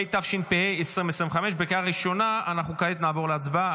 כעת נעבור להצבעה.